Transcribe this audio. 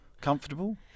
Comfortable